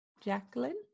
Jacqueline